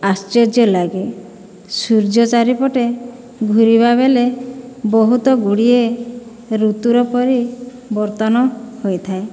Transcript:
ଆଶ୍ଚର୍ଯ୍ୟ ଲାଗେ ସୂର୍ଯ୍ୟ ଚାରି ପଟେ ଘୂରିବାବେଲେ ବହୁତ ଗୁଡ଼ିଏ ଋତୁର ପରିବର୍ତ୍ତନ ହୋଇଥାଏ